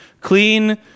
clean